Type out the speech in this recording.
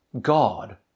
God